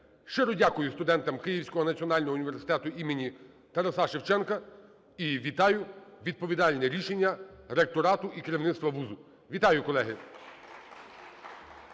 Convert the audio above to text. Щиро дякую студентам Київського національного університету імені Тараса Шевченка і вітаю відповідальне рішення ректорату і керівництва вузу. Вітаю, колеги.